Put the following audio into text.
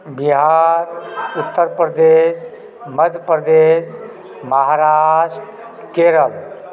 Bihar Uttar Pradesh Madhya Pradesh Maharashtra Kerala